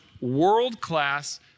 world-class